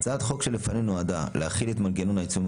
הצעת החוק שלפנינו נועדה להחיל את מנגנון העיצומים